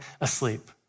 asleep